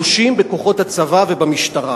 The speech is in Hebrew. הצבא ובמשטרה.